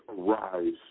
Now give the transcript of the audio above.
arise